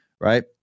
right